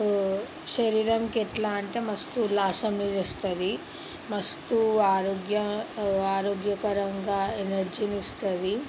శరీరానికి ఎట్లా అంటే మస్తు కులాసం తెస్తుంది మస్తు ఆరోగ్య ఆరోగ్యకరంగా ఎనర్జీని ఇస్తుంది